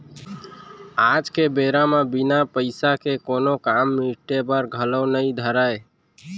आज के बेरा म बिना पइसा के कोनों काम निपटे बर घलौ नइ धरय